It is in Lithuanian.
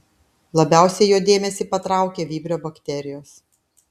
labiausiai jo dėmesį patraukė vibrio bakterijos